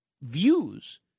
views